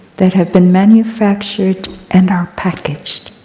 that have been manufactured, and are packaged.